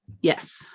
Yes